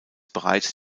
bereits